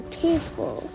people